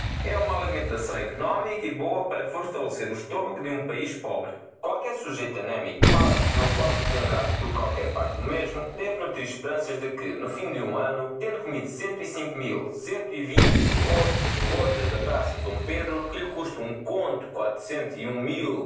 é uma alimentação economica e boa para fortalecer o estomago de um paiz pobre qualquer sujeito anemico pallido que não possa com um gato por qualquer parte do mesmo deve nutrir esperanças de que no fim de um anno tendo comido cento e cinco mil cento e vinte ostras gordas da praça de d pedro que lhe custam um conto quatrocentos e um mil